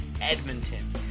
Edmonton